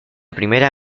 primera